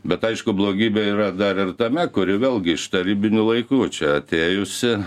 bet aišku blogybė yra dar ir tame kuri vėlgi iš tarybinių laikų čia atėjusi